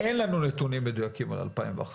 אין לנו נתונים מדויקים על 2021,